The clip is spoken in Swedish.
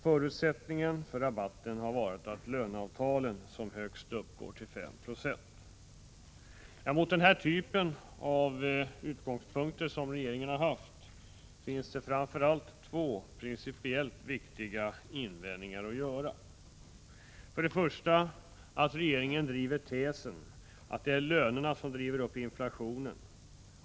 Förutsättningen för rabatten har varit att lönehöjningarna uppgår till högst 5 90. Mot den typ av utgångspunkter som regeringen haft finns det framför allt två principiellt viktiga invändningar att göra. Den första gäller att regeringen driver tesen att det är lönerna som driver upp inflationen.